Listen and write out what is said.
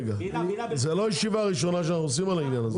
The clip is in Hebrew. זו לא ישיבה ראשונה בעניין הזה.